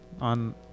on